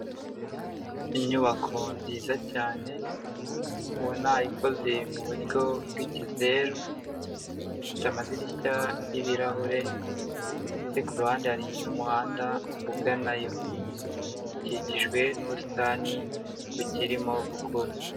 Inyubako nziza cyane ubona ikoze mu buryo bw'ikizeru, ifite amadirishya y'ibirahure ndetse ku ruhande hari n'umuhanda uganayo, ikikijwe n'ubusitani bukirimo gukura.